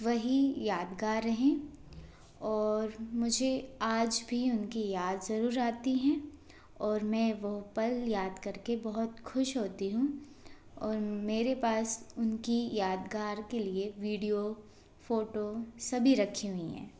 वही यादगार हैं और मुझे आज भी उनकी याद ज़रूर आती हैं और मैं वो पल याद करके बहुत खुश होती हूँ और मेरे पास उनकी यादगार के लिए वीडियो फ़ोटो सभी रखी हुई हैं